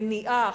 מניעה,